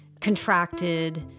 contracted